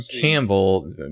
campbell